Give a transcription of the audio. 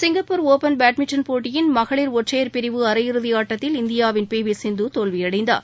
Singapore open badminton போட்டியில் மகளிர் ஒற்றையர் பிரிவு அரையிறுதிஆட்டத்தில் இந்தியாவின் பிவிசிந்துதோல்வியடைந்தார்